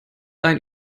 ein